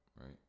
right